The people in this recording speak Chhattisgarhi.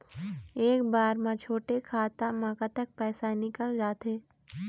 एक बार म छोटे खाता म कतक पैसा निकल जाथे?